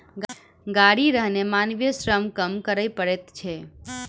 गाड़ी रहने मानवीय श्रम कम करय पड़ैत छै